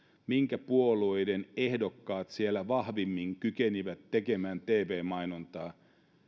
minkä puolueiden ehdokkaat siellä vahvimmin kykenivät tekemään tv mainontaa